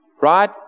right